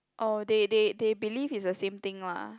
oh they they they believe it's the same thing lah